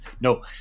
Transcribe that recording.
No